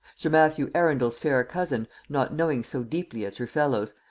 sir matthew arundel's fair cousin, not knowing so deeply as her fellows,